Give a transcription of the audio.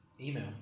Email